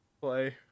Play